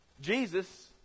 Jesus